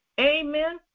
Amen